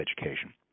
education